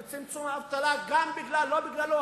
וצמצום האבטלה, גם כן לא בגללו.